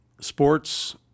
sports